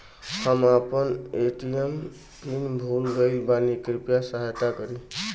हम आपन ATM PIN भूल गईल बानी कृपया सहायता करी